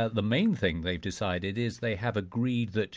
ah the main thing they've decided is they have agreed that